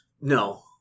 No